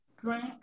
drink